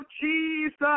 Jesus